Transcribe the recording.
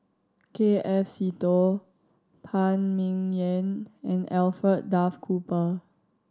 K F Seetoh Phan Ming Yen and Alfred Duff Cooper